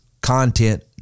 content